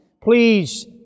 please